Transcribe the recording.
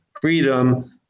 freedom